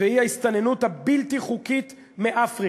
והיא ההסתננות הבלתי-חוקית מאפריקה,